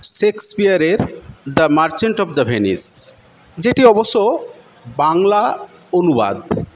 শেক্সপিয়ারের the merchant of the Venice যেটি অবশ্য বাংলা অনুবাদ